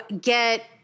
get